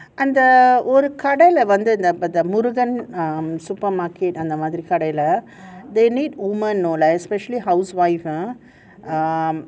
அந்த ஒரு கடைல வந்து இந்த Murugan oru kadaila vanthu intha murugan um supermarket அந்த மாதிரி:antha maathiri they need woman know especially housewife ah um